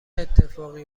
اتفاقی